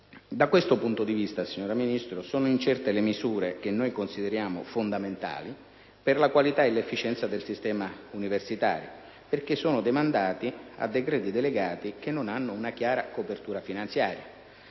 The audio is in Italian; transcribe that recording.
Da questo punto di vista, signora Ministro, sono incerte le misure che consideriamo fondamentali per la qualità e l'efficienza del sistema universitario, perché sono demandate a decreti delegati che non hanno una chiara copertura finanziaria.